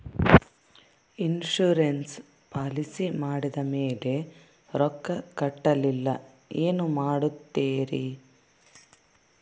Insurance policy ಮಾಡಿದ ಮೇಲೆ ರೊಕ್ಕ ಕಟ್ಟಲಿಲ್ಲ ಏನು ಮಾಡುತ್ತೇರಿ?